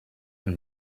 and